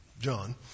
John